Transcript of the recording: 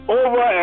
over